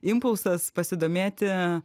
impulsas pasidomėti